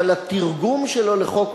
אבל התרגום שלו לחוק,